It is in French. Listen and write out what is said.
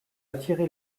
attiré